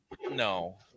No